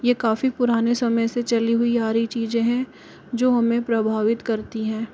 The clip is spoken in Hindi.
यह काफी पुराने समय से चली हुई आ रही चीज़ें हैं जो हमें प्रभावित करती हैं